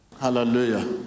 Hallelujah